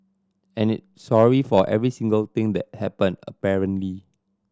and it sorry for every single thing that happened apparently